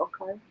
Okay